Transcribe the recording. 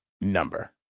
number